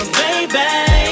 baby